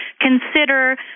consider